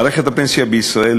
מערכת הפנסיה בישראל,